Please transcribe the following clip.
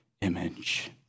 image